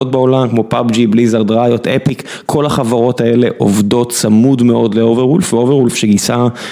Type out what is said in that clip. גדולות בעולם, כמו PUBG, Blizzard, Riot, Epic, כל החברות האלה עובדות צמוד מאוד ל-Overwolf, ו-Overwolf שגייסה...